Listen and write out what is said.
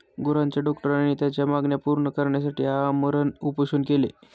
गुरांच्या डॉक्टरांनी त्यांच्या मागण्या पूर्ण करण्यासाठी आमरण उपोषण केले